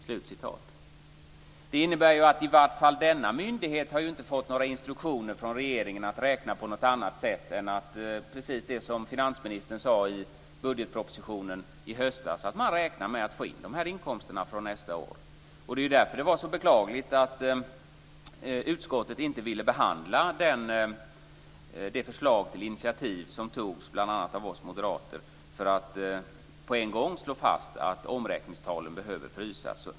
Detta innebär att åtminstone denna myndighet inte har fått några instruktioner från regeringen att räkna på något annat sätt än precis det som finansministern nämnde i budgetpropositionen i höstas, dvs. att man räknar med att få in de här inkomsterna från nästa år. Därför var det så beklagligt att utskottet inte ville behandla det förslag till initiativ som lades fram av bl.a. oss moderater för att på en gång slå fast att omräkningstalen behöver frysas.